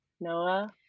Noah